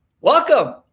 Welcome